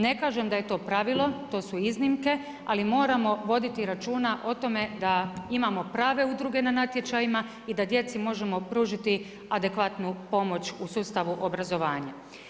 Ne kažem da je to pravilo, to su iznimke, ali moramo voditi računa, o tome, da imamo prave udruge na natječajima i da djeci možemo pružiti adekvatnu pomoć u sustavu obrazovanja.